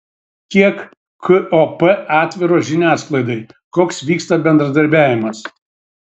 kiek kop atviros žiniasklaidai koks vyksta bendradarbiavimas